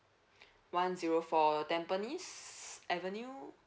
one zero four tampines avenue